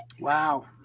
wow